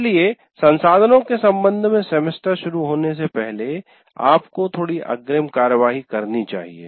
इसलिए संसाधनों के संबंध में सेमेस्टर शुरू होने से पहले आपको थोड़ी अग्रिम कार्रवाई करनी चाहिए